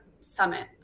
summit